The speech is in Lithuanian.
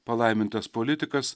palaimintas politikas